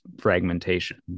fragmentation